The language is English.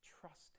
Trust